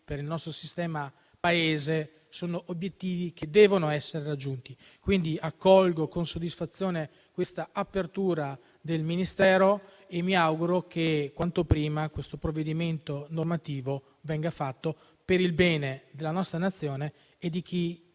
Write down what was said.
per il nostro sistema Paese debbano essere raggiunti. Quindi, accolgo con soddisfazione l'apertura del Ministero e mi auguro che quanto prima questo provvedimento normativo venga approvato per il bene della nostra Nazione e di chi